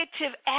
negative